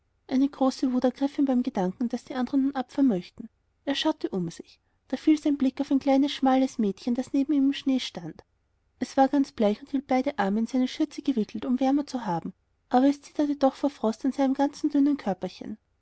eine große wut ergriff ihn beim gedanken daß die anderen nun abfahren möchten er schaute um sich da fiel sein blick auf ein kleines schmales mädchen das neben ihm im schnee stand es war ganz bleich und hielt beide arme in seine schürze gewickelt um wärmer zu haben aber es zitterte doch vor frost an seinem ganzen dünnen